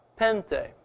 pente